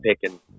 picking